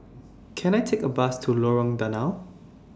Can I Take A Bus to Lorong Danau